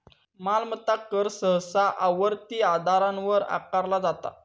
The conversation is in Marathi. मालमत्ता कर सहसा आवर्ती आधारावर आकारला जाता